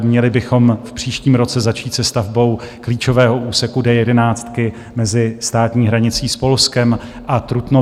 Měli bychom v příštím roce začít se stavbou klíčového úseku D11 mezi státní hranicí s Polskem a Trutnovem.